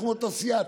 אנחנו מאותה סיעה,